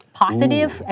positive